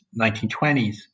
1920s